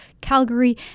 Calgary